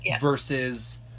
versus